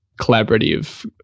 collaborative